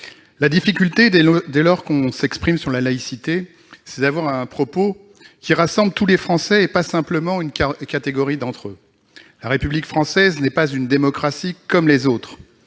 La difficulté, dès lors que l'on s'exprime sur la laïcité, c'est d'avoir un propos qui rassemble tous les Français et pas simplement une catégorie d'entre eux. La République française n'est pas une démocratie comme les autres.